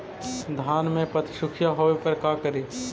धान मे पत्सुखीया होबे पर का करि?